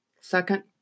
Second